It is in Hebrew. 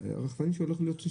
מביאים את זה בתקנות.